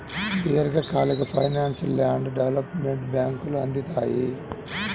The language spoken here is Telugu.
దీర్ఘకాలిక ఫైనాన్స్ను ల్యాండ్ డెవలప్మెంట్ బ్యేంకులు అందిత్తాయి